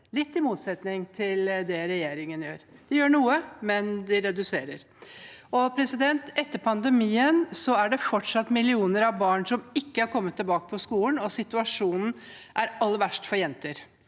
litt i motsetning til det regjeringen gjør. De gjør noe, men de reduserer. Etter pandemien er det fortsatt millioner av barn som ikke har kommet tilbake på skolen. Situasjonen er aller verst for jenter.